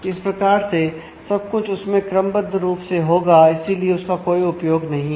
इस प्रकार से सब कुछ उसमें क्रमबद्ध रूप से होगा इसीलिए उसका कोई उपयोग नहीं है